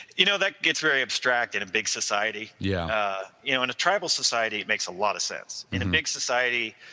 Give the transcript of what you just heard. you know that gets very abstract in a big society yeah you know in a tribal society, it makes a lot of sense. in a big society,